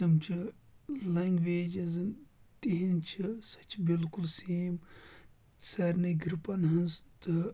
تِم چھِ لنٛگویج یُس زَن تِہِنٛز چھِ سۄ چھِ بِلکُل سیم سارنی گرٛپَن ہٕنٛز تہٕ